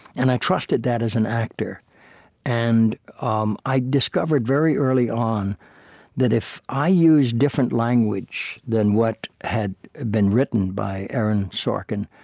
and i trusted that, as an actor and um i discovered very early on that if i used different language than what had been written by aaron sorkin,